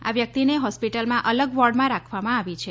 આ વ્યક્તિને હોસ્પિટલમાં અલગ વોર્ડમાં રાખવામાં આવી છે